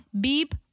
beep